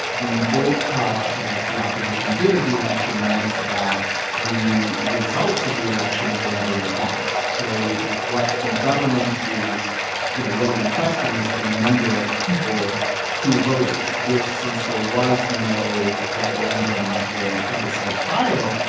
the boycott that the opposition did of the election meant that the results of the election were never in doubt. so what the government, you know what is in question is the number of people who voted, which since there was no referendum or plebiscite prior,